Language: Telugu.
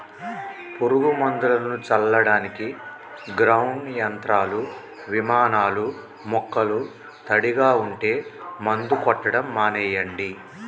పురుగు మందులను చల్లడానికి గ్రౌండ్ యంత్రాలు, విమానాలూ మొక్కలు తడిగా ఉంటే మందు కొట్టడం మానెయ్యండి